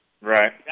Right